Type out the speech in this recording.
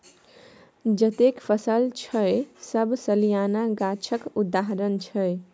जतेक फसल छै सब सलियाना गाछक उदाहरण छै